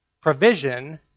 provision